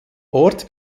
ort